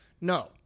No